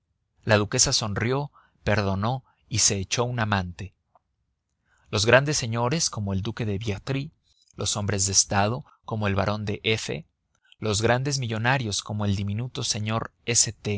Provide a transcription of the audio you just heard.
la duquesa sonrió perdonó y se echó un amante los grandes señores como el duque de biétry los hombres de estado como el barón de f los grandes millonarios como el diminuto señor